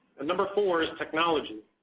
number four is technology.